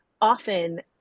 often